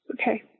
Okay